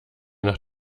nach